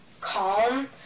calm